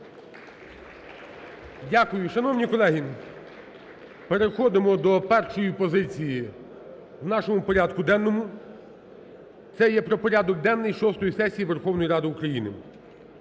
Дякую. Шановні колеги, переходимо до першої позиції в нашому порядку денному. Це є про порядок денний шостої сесії Верховної Ради України.